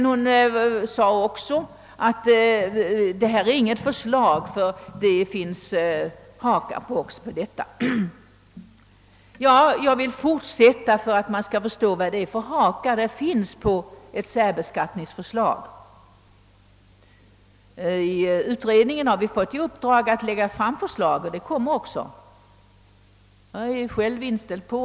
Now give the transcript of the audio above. Hon erkände att hon inte framförde detta som ett förslag, ty det fanns hakar i det. För att man skall förstå vilka hakar som finns på ett särbeskattningsförslag skall jag fortsätta hennes resonemang. I utredningen har vi fått i uppdrag att lägga fram ett särbeskattningsförslag, och det kommer också så småningom.